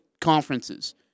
conferences